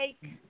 take